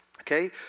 okay